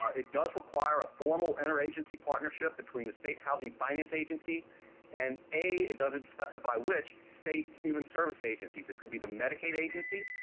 it does require a formal inter-agency partnership between the state housing finance agency and a it doesn't specify which state human service agency. it could be the medicaid agency.